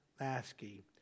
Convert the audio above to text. Lasky